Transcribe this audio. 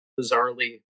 bizarrely